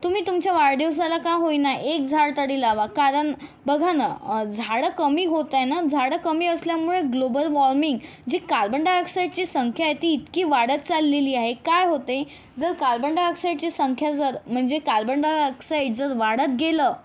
तुम्ही तुमच्या वाढदिवसाला का होईना एक झाड तरी लावा कारण बघा न झाडं कमी होत आहे ना झाडं कमी असल्यामुळे ग्लोबल वाॅर्मिंग जी कार्बन डायऑक्साईडची संख्या आहे ती इतकी वाढत चाललेली आहे काय होतं आहे जर कार्बन डायऑक्साईडची संख्या जर म्हणजे कार्बन डायऑक्साईड जर वाढत गेलं